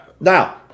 Now